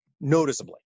noticeably